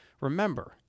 Remember